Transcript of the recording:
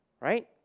Right